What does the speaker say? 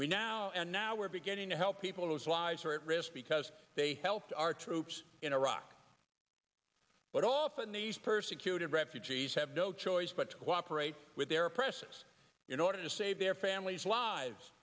we now and now we're beginning to help people whose lives are at risk because they helped our troops in iraq but all phonies persecuted refugees have no choice but to cooperate with their press in order to save their family's lives